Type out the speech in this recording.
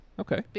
Okay